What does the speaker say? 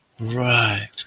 Right